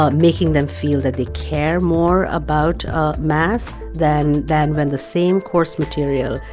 ah making them feel that they care more about math than than when the same course material,